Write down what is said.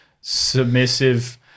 Submissive